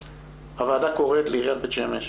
הוועדה קוראת לעיריית בית שמש